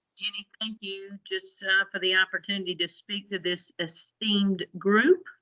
jenny, thank you just for the opportunity to speak to this this esteemed group.